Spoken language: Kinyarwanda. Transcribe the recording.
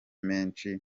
menshi